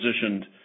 positioned